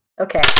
Okay